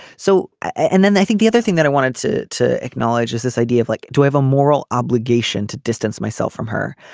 so and then i think the other thing that i wanted to to acknowledge is this idea of like do have a moral obligation to distance myself from her.